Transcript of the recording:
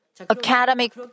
academic